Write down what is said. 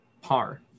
par